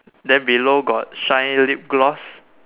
then below got shine lip gloss